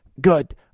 Good